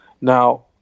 Now